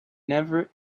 never